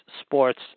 sports